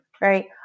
right